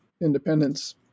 independence